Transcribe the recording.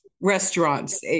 restaurants